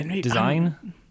design